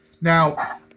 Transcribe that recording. Now